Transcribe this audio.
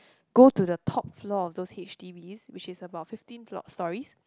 go to the top floor of those H_D_Bs which is about fifteen floor stories